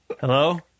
Hello